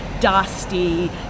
dusty